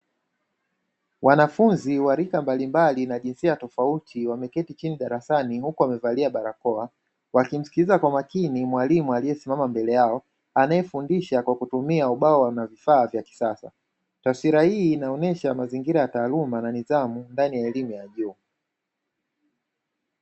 Wanafunzi wa rika mbalimbali na jinsa tofauti wameketi chini darasani huku wamevalia barakoa, wakimsikiliza kwa makini mwalimu aliyesimama mbele yao anayefundisha kwa kutumia ubao na vifaa vya kisasa. Taswira hii inaonyesha mazingira ya taaluma na nidhamu ndani ya elimu ya juu.